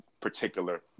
particular